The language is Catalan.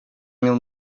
mil